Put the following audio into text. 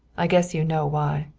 i guess you know why.